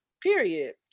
period